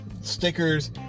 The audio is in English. stickers